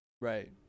Right